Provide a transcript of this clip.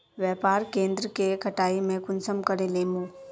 व्यापार केन्द्र के कटाई में कुंसम करे लेमु?